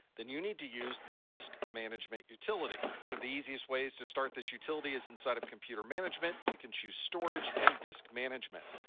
then you need to use the disk management utility. one of the easiest ways to start this utility is inside of computer management. you can choose storage and disk management.